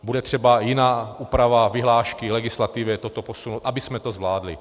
Bude třeba jiná úprava vyhlášky, v legislativě toto posunout, abychom to zvládli.